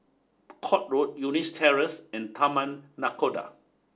Court Road Eunos Terrace and Taman Nakhoda